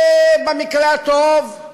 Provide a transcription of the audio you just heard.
במקרה הטוב,